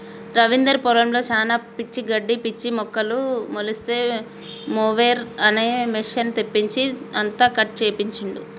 రవీందర్ పొలంలో శానా పిచ్చి గడ్డి పిచ్చి మొక్కలు మొలిస్తే మొవెర్ అనే మెషిన్ తెప్పించి అంతా కట్ చేపించిండు